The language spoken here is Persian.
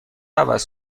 عوض